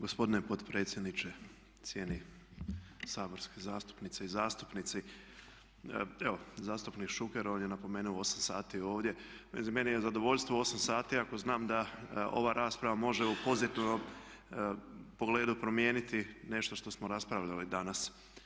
Gospodine potpredsjedniče, cijenjeni saborske zastupnice i zastupnici evo zastupnik Šuker on je napomenuo 8 sati ovdje, meni je zadovoljstvo 8 sati ako znam da ova rasprava može u pozitivnom pogledu promijeniti nešto što smo raspravljali danas.